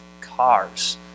cars